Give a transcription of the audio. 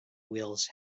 wheels